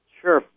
sure